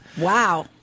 Wow